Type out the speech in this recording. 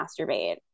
masturbate